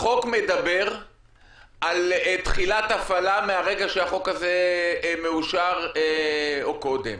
החוק מדבר על תחילת הפעלה מהרגע שהחוק הזה מאושר או קודם.